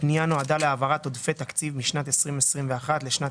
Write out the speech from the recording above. הפנייה נועדה להעברת עודפי תקציב משנת 2021 לשנת